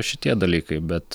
šitie dalykai bet